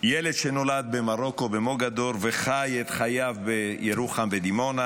ילד שנולד במרוקו במוגדור וחי את חייו בירוחם ודימונה,